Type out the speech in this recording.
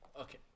Okay